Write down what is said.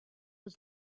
was